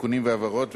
תיקונים והבהרות,